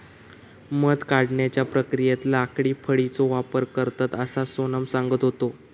मध काढण्याच्या प्रक्रियेत लाकडी फळीचो वापर करतत, असा सोनम सांगत होता